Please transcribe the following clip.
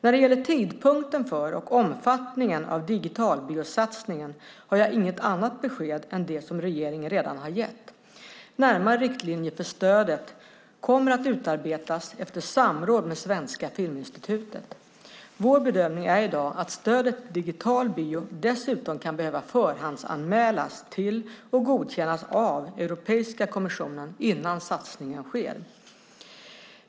När det gäller tidpunkten för och omfattningen av digitalbiosatsningen har jag inget annat besked än det som regeringen redan har gett. Närmare riktlinjer för stödet kommer att utarbetas efter samråd med Svenska Filminstitutet. Vår bedömning är i dag att stödet till digital bio dessutom kan behöva förhandsanmälas till och godkännas av Europeiska kommissionen innan satsningen sker.